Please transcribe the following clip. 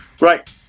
right